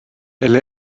elle